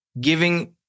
giving